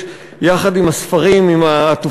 , מי נגד?